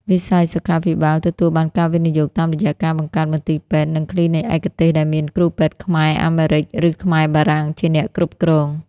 វិស័យសុខាភិបាលទទួលបានការវិនិយោគតាមរយៈការបង្កើតមន្ទីរពេទ្យ និងគ្លីនិកឯកទេស ដែលមានគ្រូពេទ្យខ្មែរ-អាមេរិក ឬខ្មែរ-បារាំង ជាអ្នកគ្រប់គ្រង។